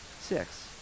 six